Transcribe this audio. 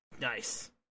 Nice